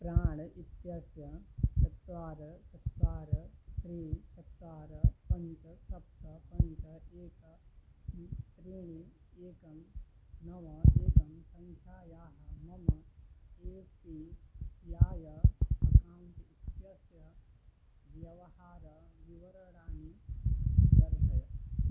प्राण् इत्यस्य चत्वारि चत्वारि त्रीणि चत्वारि पञ्च सप्त पञ्च एकं त्रीणि एकं नव एकं सङ्ख्यायाः मम ए पी वाय अक्कौण्ट् इत्यस्य व्यवहारविवरणानि दर्शय